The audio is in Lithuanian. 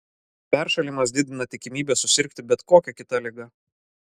peršalimas didina tikimybę susirgti bet kokia kita liga